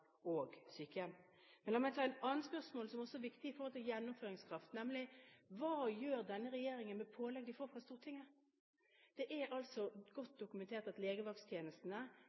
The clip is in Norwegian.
og sykehjem. Men la meg ta et annet spørsmål som også er viktig i forhold til gjennomføringskraft, nemlig: Hva gjør denne regjeringen med pålegg den får fra Stortinget? Det er godt dokumentert at